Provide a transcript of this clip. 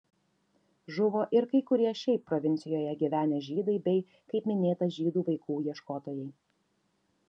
žuvo ir kai kurie šiaip provincijoje gyvenę žydai bei kaip minėta žydų vaikų ieškotojai